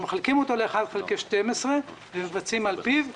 מחלקים אותו ל-1/12 ומבצעים על פיו.